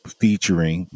featuring